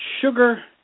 sugar